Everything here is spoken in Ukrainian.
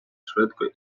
швидко